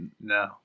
no